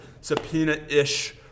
subpoena-ish